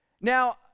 Now